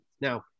Now